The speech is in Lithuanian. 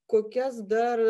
kokias dar